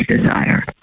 desire